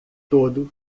todo